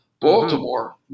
Baltimore